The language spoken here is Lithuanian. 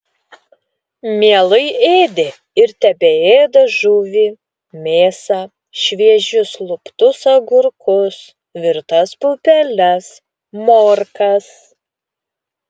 mielai ėdė ir tebeėda žuvį mėsą šviežius luptus agurkus virtas pupeles morkas